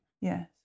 Yes